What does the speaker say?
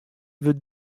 wurdt